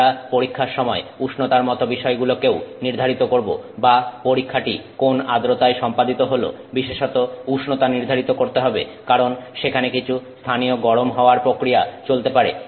আমরা পরীক্ষার সময় উষ্ণতার মত বিষয়গুলোকেও নির্ধারিত করব বা পরীক্ষাটি কোন আদ্রতায় সম্পাদিত হলো বিশেষত উষ্ণতা নির্ধারিত করতে হবে কারণ সেখানে কিছু স্থানীয় গরম হওয়ার প্রক্রিয়া চলতে পারে